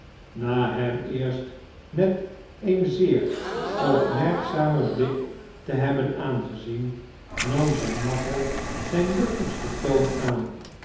na hem eerst met een zeer opmerkzamen blik te hebben aangezien nam zijn makker zijn luchtigsten toon aan